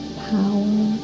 power